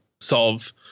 solve